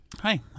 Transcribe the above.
Hi